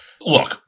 look